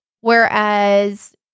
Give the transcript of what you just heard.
Whereas